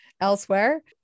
elsewhere